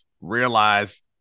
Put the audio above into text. realize